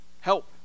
help